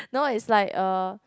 no is like uh